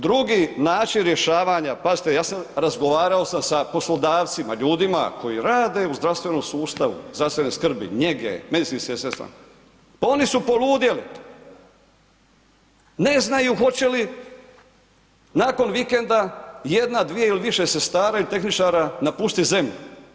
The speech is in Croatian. Drugi način rješavanja, pazite ja sam, razgovarao sam sa poslodavcima, ljudima koji rade u zdravstvenom sustavu, zdravstvene skrbi, njege, medicinskim sestrama, pa oni su poludjeli, ne znaju hoće li nakon vikenda jedna, dvije ili više sestara ili tehničara napustiti zemlju.